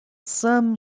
sum